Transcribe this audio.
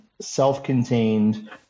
self-contained